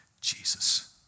Jesus